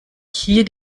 hier